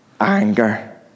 anger